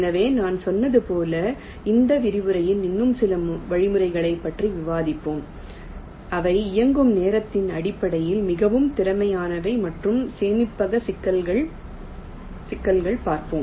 எனவே நான் சொன்னது போல் இந்த விரிவுரையில் இன்னும் சில வழிமுறைகளைப் பற்றி விவாதிப்போம் அவை இயங்கும் நேரத்தின் அடிப்படையில் மிகவும் திறமையானவை மற்றும் சேமிப்பக சிக்கல்கள் பார்ப்போம்